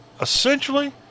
Essentially